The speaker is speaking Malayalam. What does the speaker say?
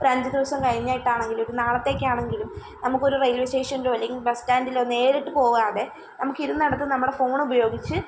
ഒരഞ്ച് ദിവസം കഴിഞ്ഞിട്ടാണെങ്കിലും ഇപ്പം നാളത്തേക്കാണെങ്കിലും നമുക്കൊരു റെയിൽവേ സ്റ്റേഷനിലോ അല്ലെങ്കിൽ ബസ്സ് സ്റ്റാൻഡിലോ നേരിട്ട് പോവാതെ നമുക്കിരുന്നയിടത്ത് നമ്മുടെ ഫോണ് ഉപയോഗിച്ച്